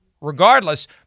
regardless